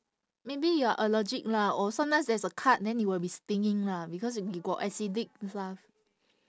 maybe you are allergic lah or sometimes there's a cut then it will be stinging lah because y~ you got acidic